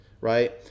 right